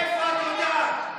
מאיפה את יודעת?